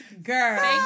Girl